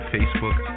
Facebook